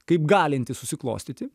kaip galinti susiklostyti